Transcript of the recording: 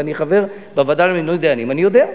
אני חבר בוועדה למינוי דיינים, אני יודע.